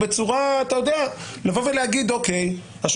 שבאים